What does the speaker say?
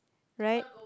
right